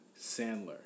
Sandler